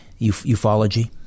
ufology